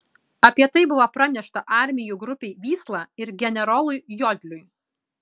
apie tai buvo pranešta armijų grupei vysla ir generolui jodliui